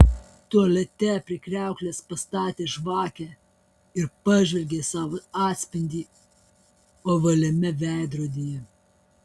tualete prie kriauklės pastatė žvakę ir pažvelgė į savo atspindį ovaliame veidrodyje